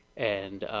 and,